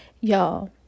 Y'all